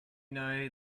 know